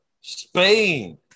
Spain